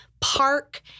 park